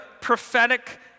prophetic